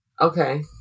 okay